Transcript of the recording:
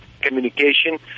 communication